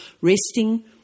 Resting